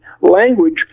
language